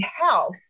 health